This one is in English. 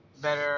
Better